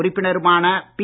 உறுப்பினருமான பி